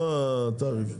לא התעריף.